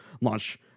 launch